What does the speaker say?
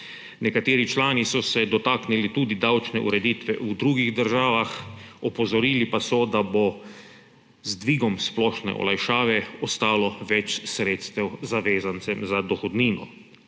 Nekateri člani so se dotaknili tudi davčne ureditve v drugih državah, opozorili pa so, da bo z dvigom splošne olajšave ostalo več sredstev zavezancem za dohodnino.